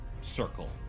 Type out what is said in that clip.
circle